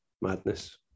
madness